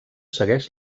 segueix